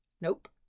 Nope